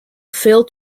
fail